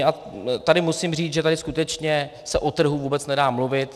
A tady musím říct, že tady skutečně se o trhu vůbec nedá mluvit.